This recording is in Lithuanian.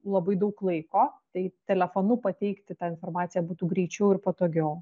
labai daug laiko tai telefonu pateikti tą informaciją būtų greičiau ir patogiau